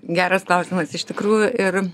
geras klausimas iš tikrųjų ir